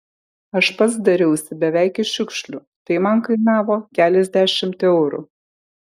aš pats dariausi beveik iš šiukšlių tai man kainavo keliasdešimt eurų